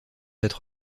cette